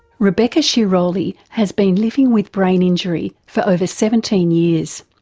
rebecca sciroli has been living with brain injury for over seventeen years.